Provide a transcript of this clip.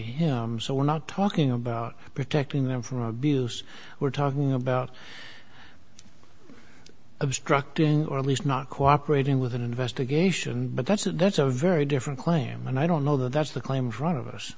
him so we're not talking about protecting them from abuse we're talking about obstructing or at least not cooperating with an investigation but that's a that's a very different clam and i don't know that's the claim front of us